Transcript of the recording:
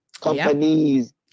Companies